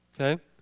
okay